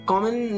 Common